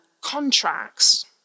contracts